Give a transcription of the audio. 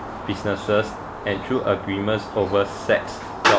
businesses and through agreements overs sex